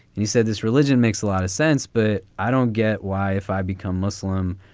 and he said, this religion makes a lot of sense. but i don't get why if i become muslim,